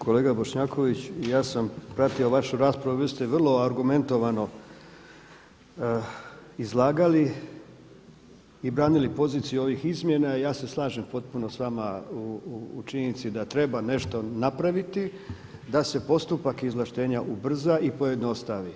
Kolega Bošnjaković, ja sam pratio vašu raspravu i vi ste vrlo argumentirano izlagali i branili poziciju ovih izmjena i ja se slažem potpuno s vama u činjenici da treba nešto napraviti da se postupak izvlaštenja ubrza i pojednostavi.